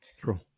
true